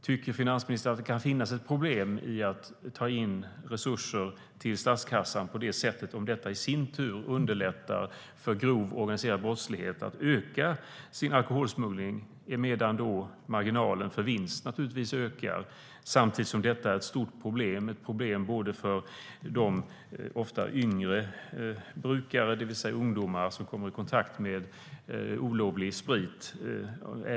Tycker finansministern att det kan finnas ett problem i att ta in resurser till statskassan på det sättet om det underlättar för grovt organiserade brottslingar att öka sin alkoholsmuggling, emedan marginalen för vinst naturligtvis ökar? Detta är ett stort problem för de ofta yngre brukarna, det vill säga ungdomar, som kommer i kontakt med olovlig sprit.